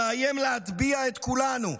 המאיים להטביע את כולנו.